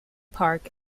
park